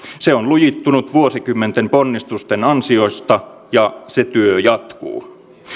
se on lujittunut vuosikymmenten ponnistusten ansiosta ja se työ jatkuu